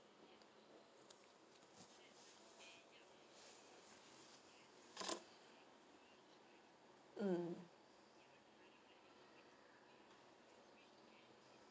mm